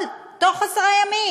בתוך עשרה ימים.